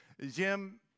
Jim